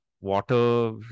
water